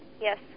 Yes